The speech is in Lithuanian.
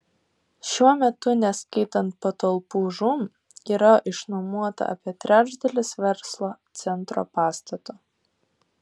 šiuo metu neskaitant patalpų žūm yra išnuomota apie trečdalis verslo centro pastato